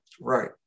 Right